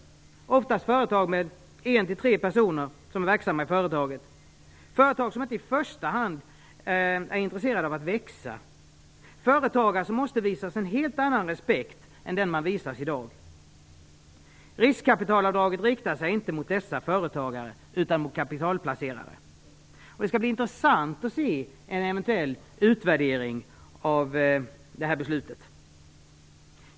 De är oftast företag där en till tre personer är verksamma. Dessa företag är inte i första hand intresserade av att växa. De måste visas en helt annan respekt än den de visas i dag. Riskkapitalavdraget riktar sig inte till dessa företagare utan till kapitalplacerare. Det skall bli intressant att se en eventuell utvärdering av detta beslut.